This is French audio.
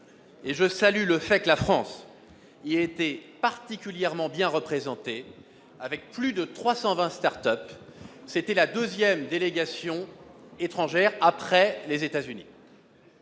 et je salue le fait que la France y ait été particulièrement bien représentée, par plus de 320 start-up, soit la deuxième délégation après celle des États-Unis.